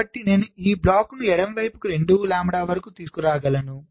కాబట్టి నేను ఈ బ్లాక్ను ఎడమవైపుకు 2 వ లాంబ్డా వరకు తీసుకురాగలను